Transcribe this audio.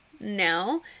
No